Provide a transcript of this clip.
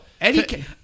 Eddie